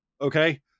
Okay